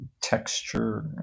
texture